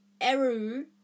eru